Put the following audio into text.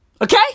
Okay